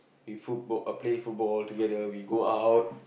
we football play football together we go out